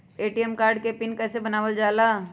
ATM card के pin कैसे बनावल जाला?